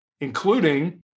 including